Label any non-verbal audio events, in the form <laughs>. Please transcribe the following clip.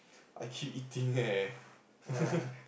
I keep eating leh <laughs>